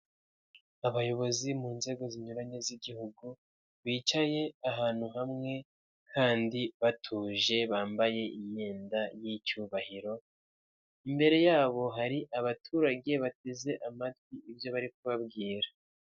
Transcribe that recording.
Abayobozi mu nzego zinyuranye z'igihugu, bicaye ahantu hamwe kandi batuje, bambaye imyenda y'icyubahiro, imbere yabo hari abaturage bateze amatwi ibyo bari kubabwira.